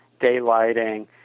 daylighting